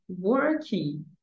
working